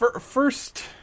First